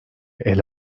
ele